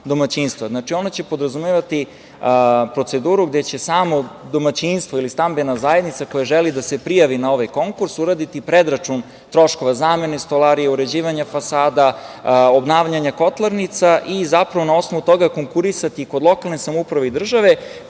Znači, ona će podrazumevati proceduru gde će samo domaćinstvo ili stambena zajednica koja želi da se prijavi na ovaj konkurs uraditi predračun troškova zamene stolarije, uređivanje fasada, obnavljanje kotlarnica i zapravo na osnovu toga konkurisati kod lokalne samouprave i države,